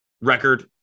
record